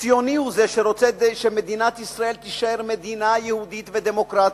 ציוני הוא זה שרוצה שמדינת ישראל תישאר מדינה יהודית ודמוקרטית,